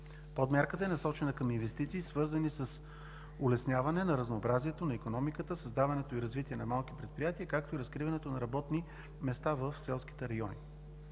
Подмярката е насочена към инвестиции, свързани с улесняване на разнообразието на икономиката, създаването и развитието на малки предприятия, както и разкриването на работни места в селските райони.